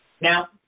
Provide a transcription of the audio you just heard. Now